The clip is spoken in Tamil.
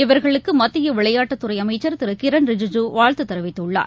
இவர்களுக்குமத்தியவிளையாட்டுத்துறைஅமைச்சர் திருகிரண் ரிஜிஐூ வாழ்த்துதெரிவித்துள்ளார்